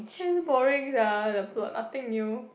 damn boring sia the plot nothing new